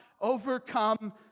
overcome